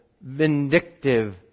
vindictive